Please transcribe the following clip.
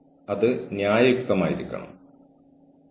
അതിനാൽ നിങ്ങൾ അർഹിക്കുന്ന അവസരം നിങ്ങൾക്ക് നൽകുന്നില്ല